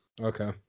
Okay